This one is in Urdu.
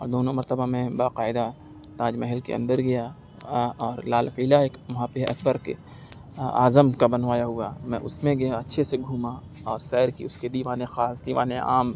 اور دونوں مرتبہ میں باقاعدہ تاج محل کے اندر گیا اور لال قلعہ ایک وہاں پہ اکبر کے اعظم کا بنوایا ہُوا میں اُس میں گیا اچھے سے گھوما اور سیر کی اُس کے دیوانِ خاص دیوانِ عام